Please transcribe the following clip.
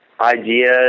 ideas